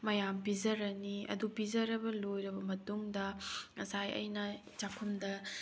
ꯃꯌꯥꯝ ꯄꯤꯖꯔꯅꯤ ꯑꯗꯨ ꯄꯤꯖꯔꯕ ꯂꯣꯏꯔꯕ ꯃꯇꯨꯡꯗ ꯉꯁꯥꯏ ꯑꯩꯅ ꯆꯥꯛꯈꯨꯝꯗ